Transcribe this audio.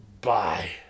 Bye